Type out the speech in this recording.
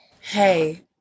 hey